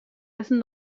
dessen